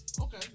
okay